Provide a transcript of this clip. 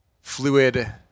fluid